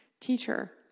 teacher